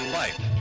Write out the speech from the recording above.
life